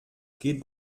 geht